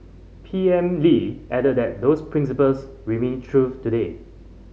P M Lee added that those principles remain truth today